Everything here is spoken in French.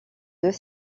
deux